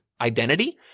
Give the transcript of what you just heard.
identity